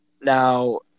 Now –